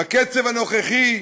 בקצב הנוכחי,